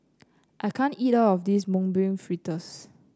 I can't eat all of this Mung Bean Fritters